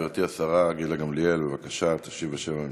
גברתי השרה גילה גמליאל, בבקשה, תשיב בשם הממשלה.